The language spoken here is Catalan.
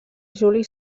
juli